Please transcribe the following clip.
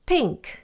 Pink